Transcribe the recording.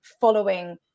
following